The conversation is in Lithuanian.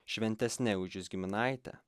šventesne už jus giminaite